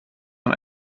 man